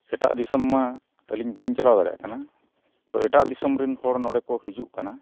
ᱮᱴᱟᱜ ᱫᱤᱥᱚᱢ ᱢᱟ ᱟᱹᱞᱤᱧ ᱵᱟᱹᱞᱤᱧ ᱪᱟᱞᱟᱣ ᱫᱟᱲᱮᱭᱟᱜ ᱠᱟᱱᱟ ᱛᱳ ᱮᱴᱟᱜ ᱫᱤᱥᱚᱢ ᱨᱮᱱ ᱦᱚᱲ ᱱᱚᱰᱮ ᱠᱚ ᱦᱤᱡᱩᱜ ᱠᱟᱱᱟ